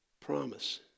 promise